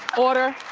order,